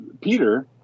Peter